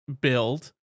build